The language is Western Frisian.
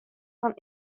fan